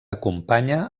acompanya